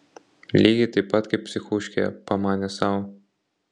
lygiai taip pat kaip psichuškėje pamanė sau